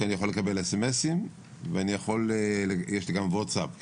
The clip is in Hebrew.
כי אני יכול לקבל סמסים ויש לי גם ווטאסאפ.